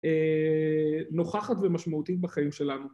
נוכחת ומשמעותית בחיים שלנו.